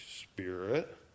Spirit